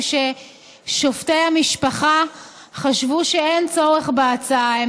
ששופטי המשפחה חשבו שאין צורך בהצעה,